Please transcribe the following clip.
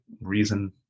reason